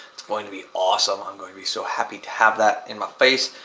it's going to be awesome. i'm going to be so happy to have that in my face,